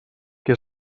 que